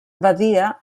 badia